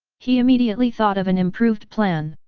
he immediately thought of an improved plan.